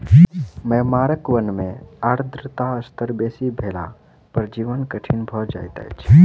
Myanmar के वन में आर्द्रता स्तर बेसी भेला पर जीवन कठिन भअ जाइत अछि